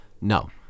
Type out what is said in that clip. no